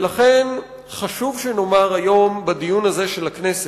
לכן חשוב שנאמר היום, בדיון הזה של הכנסת,